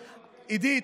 עידית,